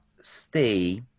stay